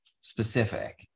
specific